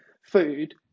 food